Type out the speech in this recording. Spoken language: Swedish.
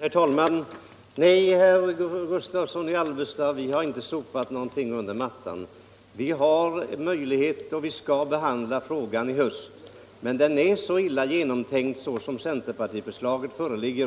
Herr talman! Nej, herr Gustavsson i Alvesta, vi har inte sopat någonting under mattan. Vi har möjlighet att behandla frågan i höst, och vi skall göra det. Så illa genomtänkt som centerpartiförslaget är